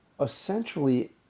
essentially